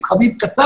את חבב קצב